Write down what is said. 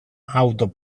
auto